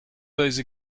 those